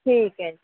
ਠੀਕ ਹੈ